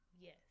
Yes